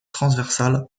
transversale